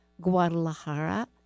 Guadalajara